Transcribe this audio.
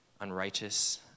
unrighteous